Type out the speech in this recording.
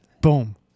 boom